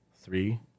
Three